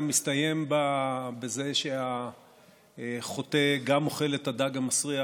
המסתיים בזה שהחוטא גם אוכל את הדג המסריח,